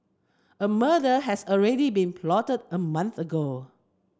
a murder had already been plotted a month ago